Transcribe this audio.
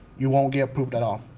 you won't get approved at all.